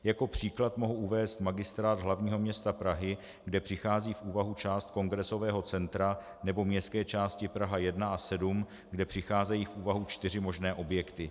Jako příklad mohu uvést Magistrát hlavního města Prahy, kde přichází v úvahu část Kongresového centra, nebo městské části Praha 1 a 7, kde přicházejí v úvahu čtyři možné objekty.